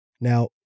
Now